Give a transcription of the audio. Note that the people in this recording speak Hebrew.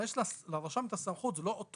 יש לרשם את הסמכות, זה לא אוטומטי,